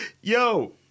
Yo